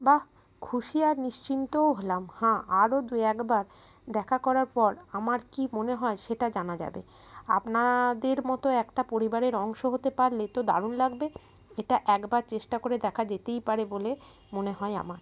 বাহ্ খুশি আর নিশ্চিন্তও হলাম হাঁ আরও দু একবার দেখা করার পর আমার কী মনে হয় সেটা জানা যাবে আপনাদের মতো একটা পরিবারের অংশ হতে পারলে তো দারুণ লাগবে এটা একবার চেষ্টা করে দেখা যেতেই পারে বলে মনে হয় আমার